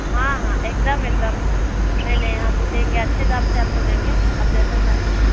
हाँ हाँ एकदम एकदम नहीं नहीं हम देंगे अच्छे दाम से आपको देंगे आप जैसा चाहेंगे